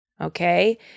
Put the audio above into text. Okay